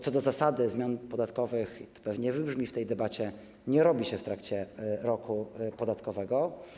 Co do zasady zmian podatkowych - to pewnie wybrzmi w tej debacie - nie wprowadza się w trakcie roku podatkowego.